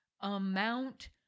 amount